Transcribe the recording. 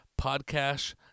podcast